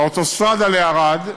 באוטוסטרדה לערד,